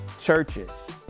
churches